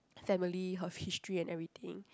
family her history and everything